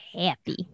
happy